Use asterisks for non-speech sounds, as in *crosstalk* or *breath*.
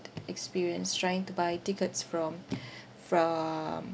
experience trying to buy tickets from *breath* from